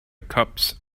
cups